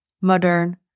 modern